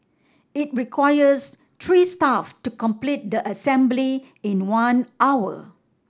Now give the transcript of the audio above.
it requires three staff to complete the assembly in one hour